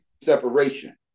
separation